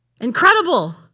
Incredible